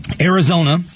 Arizona